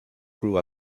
grew